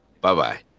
Bye-bye